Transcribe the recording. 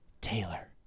Taylor